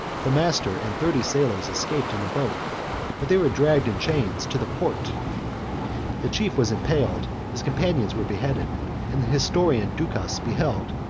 the master and thirty sailors escaped in the boat but they were dragged in chains to the porte the chief was impaled his companions were beheaded and the historian ducas beheld,